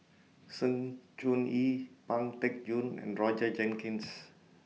Sng Choon Yee Pang Teck Joon and Roger Jenkins